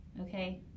Okay